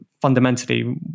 fundamentally